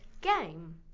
game